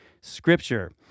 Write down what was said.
Scripture